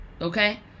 okay